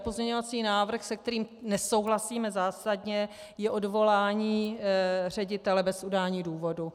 Druhý pozměňovací návrh, s kterým nesouhlasíme zásadně, je odvolání ředitele bez udání důvodu.